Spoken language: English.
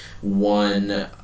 One